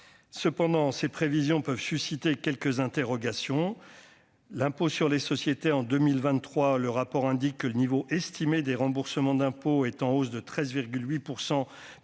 cependant ces prévisions peuvent susciter quelques interrogations, l'impôt sur les sociétés en 2023, le rapport indique que le niveau estimé des remboursements d'impôts est en hausse de 13,8